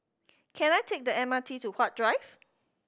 can I take the M R T to Huat Drive